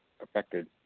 affected